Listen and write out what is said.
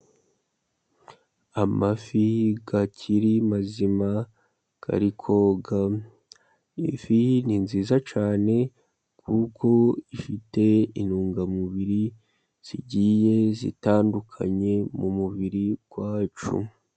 Amafi akiri mazima ari koga. Ifi ni nziza cyane kuko ifite intungamubiri zigiye zitandukanye mu mubiri wacu.